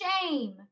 shame